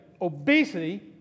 obesity